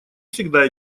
всегда